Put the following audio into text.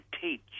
teach